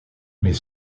mais